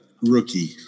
rookie